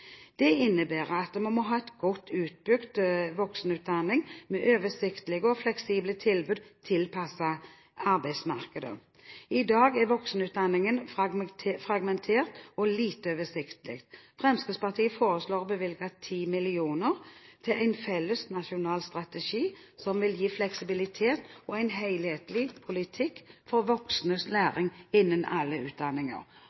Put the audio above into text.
Det innebærer at vi må ha en godt utbygd voksenutdanning, med oversiktlige og fleksible tilbud tilpasset arbeidsmarkedet. I dag er voksenutdanningen fragmentert og lite oversiktlig. Fremskrittspartiet foreslår å bevilge 10 mill. kr til en felles nasjonal strategi, som vil gi fleksibilitet og en helhetlig politikk for voksnes